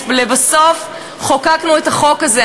לבסוף חוקקנו את החוק הזה.